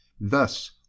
Thus